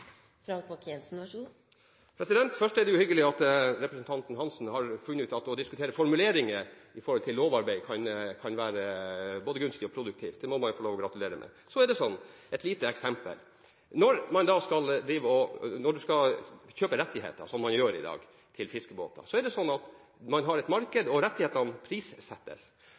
Først er det hyggelig at representanten Hansen har funnet ut at å diskutere formuleringer i lovarbeid kan være både gunstig og produktivt. Det må man få lov til å gratulere med. Så er det sånn – et lite eksempel: Når man skal kjøpe rettigheter til fiskebåter, som man gjør i dag, har man et marked, og rettighetene prissettes. Når man begrenser markedet, f.eks. ved fylkesbindinger, setter man en annen pris på rettighetene.